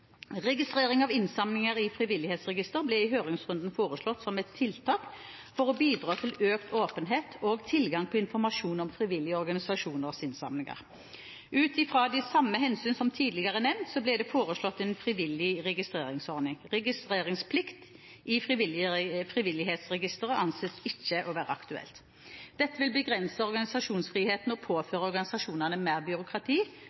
Registrering av innsamlinger i Frivillighetsregisteret ble i høringsrunden foreslått som et tiltak for å bidra til økt åpenhet og tilgang på informasjon om frivillige organisasjoners innsamlinger. Ut fra de samme hensyn som tidligere er nevnt, ble det foreslått en frivillig registreringsordning. Registreringsplikt i Frivillighetsregisteret anses ikke å være aktuelt. Dette vil begrense organisasjonsfriheten og påføre organisasjonene mer byråkrati,